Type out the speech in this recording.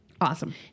Awesome